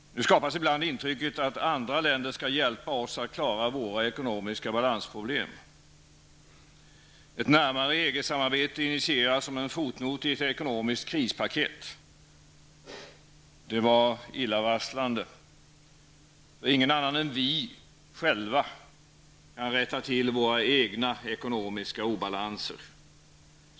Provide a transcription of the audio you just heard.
Nu skapas ibland intrycket att andra länder skall hjälpa oss att klara våra ekonomiska balansproblem. Ett närmare EG-samarbete initieras som en ''fotnot'' i ett ekonomiskt krispaket. Det är illavarslande. Ingen annan än vi själva kan eller vill rätta till våra egna ekonomiska obalanser.